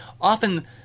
often